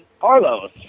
Carlos